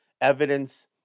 evidence